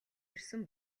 ирсэн